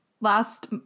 last